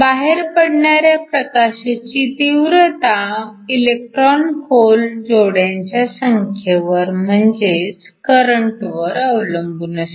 बाहेर पडणाऱ्या प्रकाशाची तीव्रता इलेक्ट्रॉन होल जोड्यांच्या संख्येवर म्हणजेच करंटवर अवलंबून असते